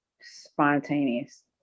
Spontaneous